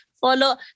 Follow